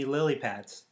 Lilypads